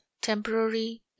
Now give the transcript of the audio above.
temporary